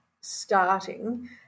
starting